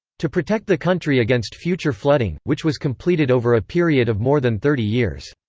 to protect the country against future flooding, which was completed over a period of more than thirty years.